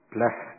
Bless